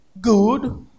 good